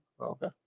Okay